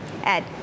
Ed